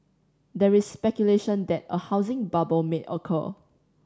there is speculation that a housing bubble may occur